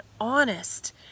honest